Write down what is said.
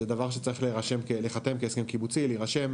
זה דבר שצריך להיחתם כהסכם קיבוצי, להירשם.